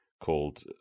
called